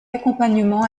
accompagnement